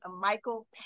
michael